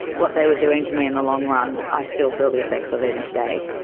what they were doing to me in the long run i still feel the effects of even today.